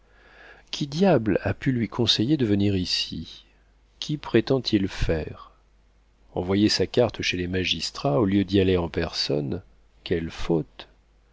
qui diable a pu lui conseiller de venir ici qu'y prétend-il faire envoyer sa carte chez les magistrats au lieu d'y aller en personne quelle faute